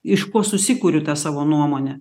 iš ko susikuriu tą savo nuomonę